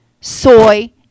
soy